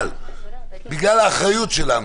אבל בגלל האחריות שלנו,